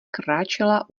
kráčela